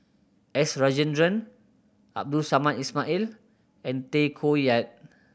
S Rajendran Abdul Samad Ismail and Tay Koh Yat